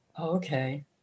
okay